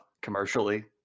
commercially